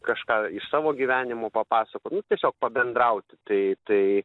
kažką iš savo gyvenimo papasakot nu tiesiog pabendrauti tai tai